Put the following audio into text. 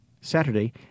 Saturday